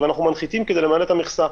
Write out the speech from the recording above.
ואנחנו מנחיתים כדי למלא את המכסה.